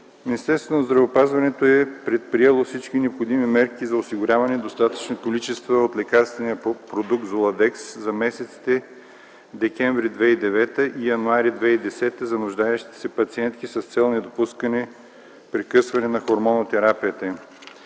Министерството на здравеопазването е предприело всички необходими мерки за осигуряване достатъчни количества от лекарствения продукт Золатекс за месеците декември 2009 г. и януари 2010 г. за нуждаещите се пациенти с цел недопускане прекъсване на хормонотерапията